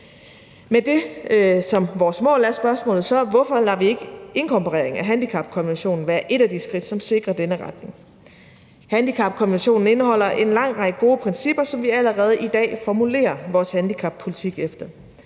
Med det som vores mål er spørgsmålet så: Hvorfor lader vi ikke inkorporeringen af handicapkonventionen være et af de skridt, som sikrer denne retning? Handicapkonventionen indeholder en lang række gode principper, som vi allerede i dag formulerer vores handicappolitik efter: